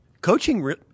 coaching